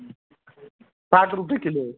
साठ रुपये किलो